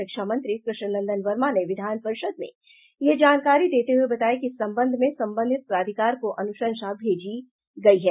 शिक्षा मंत्री कृष्ण नंदन वर्मा ने विधान परिषद में यह जानकारी देते हुए बताया कि इस संबंध में संबंधित प्राधिकार को अनुशंसा भेजी गयी है